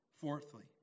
Fourthly